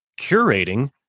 curating